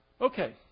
Okay